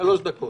שלוש דקות.